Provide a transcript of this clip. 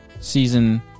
season